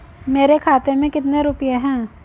मेरे खाते में कितने रुपये हैं?